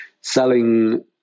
selling